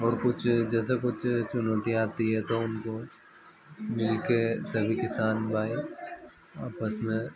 और कुछ जैसे कुछ चुनौतियाँ आती है तो उनको मिल कर सभी किसान भाई आपस में